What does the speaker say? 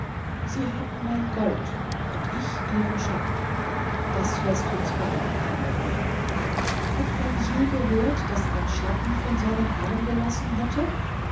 sie haben mein gold und ich ihren schatten das läßt uns beiden keine ruhe hat man je gehört daß ein schatten von seinem herrn gelassen hätte